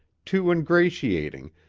too ingratiating,